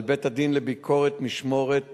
על בית-הדין לביקורת משמורת